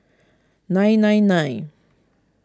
nine nine nine